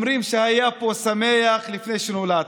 "אומרים שהיה פה שמח לפני שנולדתי".